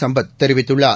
சம்பத் தெரிவித்துள்ளார்